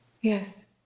Yes